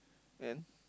and